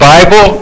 Bible